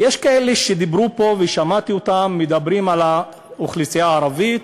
יש כאלה שדיברו פה ושמעתי אותם מדברים על האוכלוסייה הערבית: